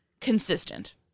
consistent